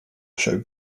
showed